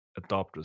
adopters